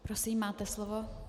Prosím, máte slovo.